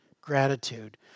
gratitude